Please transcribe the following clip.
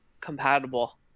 compatible